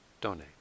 donate